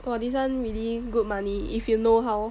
!wah! this one really good money if you know how